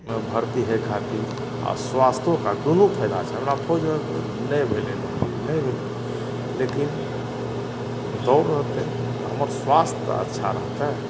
भर्ती होइ खातिर आ स्वास्थोके दुनू फायदा छै हमरा फौजमे नहि भेलै नौकरी नहि भेलै लेकिन दौड़ रहतै तऽ हमर स्वास्थ तऽ अच्छा रहतै